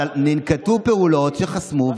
אבל ננקטו פעולות שחסמו,